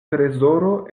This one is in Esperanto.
trezoro